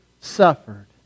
suffered